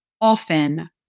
often